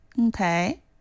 Okay